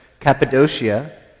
Cappadocia